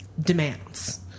demands